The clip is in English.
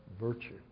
virtue